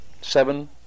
seven